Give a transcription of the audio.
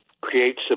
creates